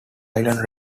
island